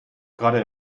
gerade